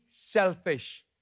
selfish